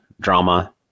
drama